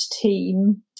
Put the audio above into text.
team